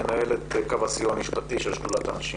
מנהלת קו הסיוע המשפטי של שדולת הנשים.